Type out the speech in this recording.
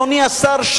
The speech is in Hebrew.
אדוני השר,